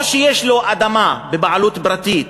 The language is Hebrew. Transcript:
או שיש לו אדמה בבעלות פרטית,